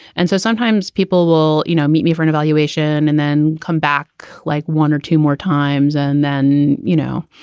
and so sometimes people will, you know, meet me for an evaluation and then come back like one or two more times and then, you know,